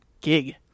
gig